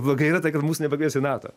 bloga yra ta kad mūsų nepakvies į nato